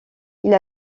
ils